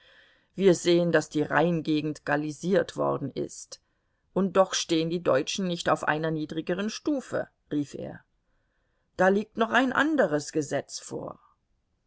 wir sehen daß die rheingegend gallisiert worden ist und doch stehen die deutschen nicht auf einer niedrigeren stufe rief er da liegt noch ein anderes gesetz vor